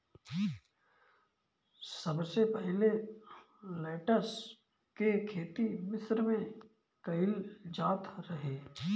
सबसे पहिले लेट्स के खेती मिश्र में कईल जात रहे